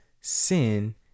sin